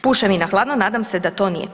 Pušem i na hladno, nadam se da to nije.